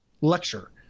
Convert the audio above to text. lecture